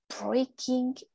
breaking